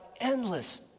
endless